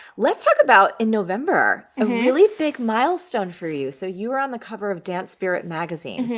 let's talk about in november a really big milestone for you. so, you are on the cover of dance spirit magazine.